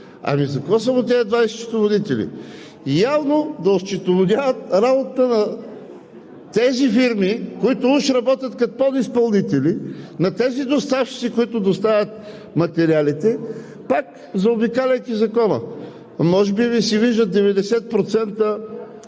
За какво са му тези 20 счетоводители? Явно да осчетоводяват работата на тези фирми, които уж работят като подизпълнители, на тези доставчици, които доставят материалите – пак заобикаляйки закона. Може би Ви се виждат 90%